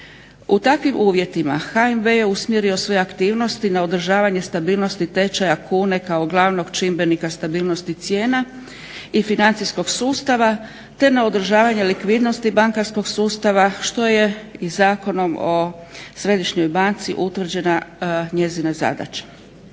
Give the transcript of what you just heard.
U takvim uvjetima HNB je usmjerio sve aktivnosti na održavanje stabilnosti tečaja kune kao glavnog čimbenika stabilnosti cijena i financijskog sustava te na održavanje likvidnosti bankarskog sustava što je i Zakonom o središnjoj banci utvrđena njezina zadaća.